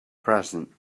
present